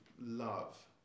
love